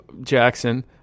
Jackson